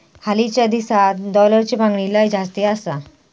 हालीच्या दिसात डॉलरची मागणी लय जास्ती आसा